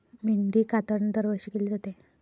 मेंढी कातरणे दरवर्षी केली जाते